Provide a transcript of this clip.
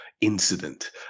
incident